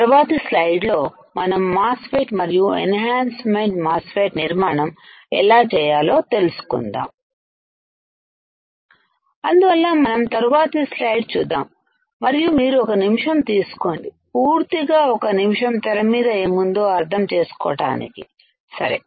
తర్వాతి స్లైడ్ లో మనం మాస్ ఫెట్మరియుఎన్ హాన్స్మెంట్ మాస్ ఫెట్ నిర్మాణం ఎలా చేయాలో తెలుసుకుందాం అందువల్ల మనం తరువాతి స్లైడ్లై చూద్దాం మరియు మీరు ఒక నిమిషం తీసుకోండి పూర్తిగా ఒక నిమిషం తెరమీద ఏముందో అర్థం చేసుకోవడానికి సరే